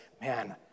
man